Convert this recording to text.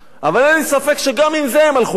אבל אין לי ספק שגם עם זה הם הלכו לשם.